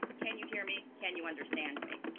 can you hear me, can you understand me?